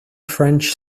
french